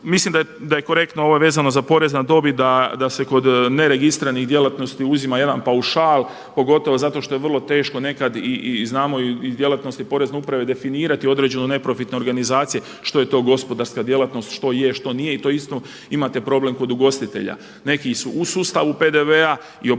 Mislim da je korektno, ovo je vezano za porez na dobit da se kod neregistriranih djelatnosti uzima jedan paušal pogotovo zato što je vrlo teško nekad i znamo iz djelatnosti porezne uprave definirati određenu neprofitnu organizaciju, što je to gospodarska djelatnost, što je, što nije i to isto imate problem kod ugostitelja. Neki su u sustavu PDV-a i obavljaju